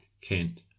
Kent